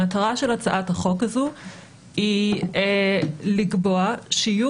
המטרה של הצעת החוק הזאת היא לקבוע שיהיו